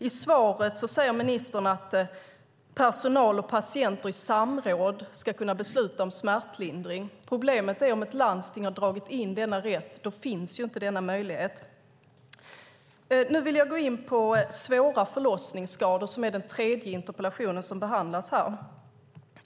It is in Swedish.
I svaret säger ministern att personal och patienter i samråd ska besluta om smärtlindring. Problemet är om ett landsting har dragit in denna rätt - då finns ju inte denna möjlighet. Nu vill jag gå in på svåra förlossningsskador, som är den tredje interpellationen som behandlas här.